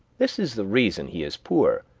this is the reason he is poor